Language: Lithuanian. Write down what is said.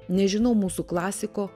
nežinau mūsų klasiko